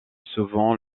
souvent